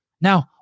Now